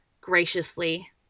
graciously